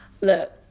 look